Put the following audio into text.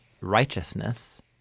righteousness